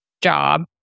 job